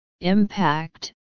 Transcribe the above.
impact